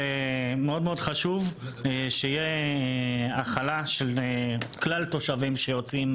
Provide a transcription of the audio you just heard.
ומאוד מאוד חשוב שיהיה התחלה של כלל התושבים שיוצאים